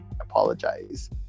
apologize